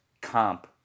comp